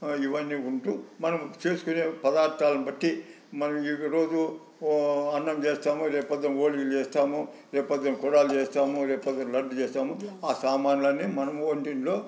ఇవన్నీ ఉంటు మనం చేసుకునే పదార్థాలను బట్టి మనం ఇంకా రోజు అన్నం చేస్తాము రేపు పొద్దున ఓళిగలు చేస్తాము రేపు పొద్దున కూడాలు చేస్తాము మరి రేపు పొద్దున లడ్డు చేస్తాము ఆ సామానులు అన్నీ మనం వంటింట్లో